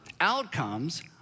Outcomes